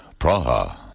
Praha